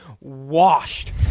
washed